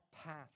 path